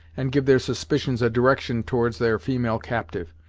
and give their suspicions a direction towards their female captive.